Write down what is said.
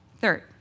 Third